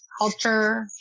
culture